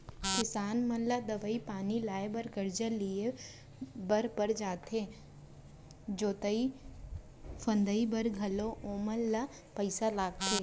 किसान मन ला दवई पानी लाए बर करजा लिए बर पर जाथे जोतई फंदई बर घलौ ओमन ल पइसा लगथे